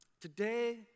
Today